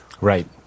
Right